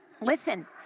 Listen